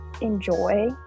enjoy